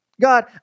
God